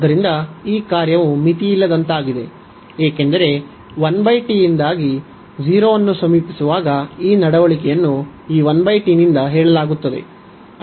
ಆದ್ದರಿಂದ ಈ ಕಾರ್ಯವು ಮಿತಿಯಿಲ್ಲದಂತಾಗಿದೆ ಏಕೆಂದರೆ ಈ 1 t ಯಿಂದಾಗಿ 0 ಅನ್ನು ಸಮೀಪಿಸುವಾಗ ಈ ನಡವಳಿಕೆಯನ್ನು ಈ 1 t ನಿಂದ ಹೇಳಲಾಗುತ್ತದೆ